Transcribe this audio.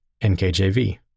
NKJV